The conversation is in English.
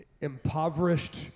impoverished